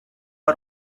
our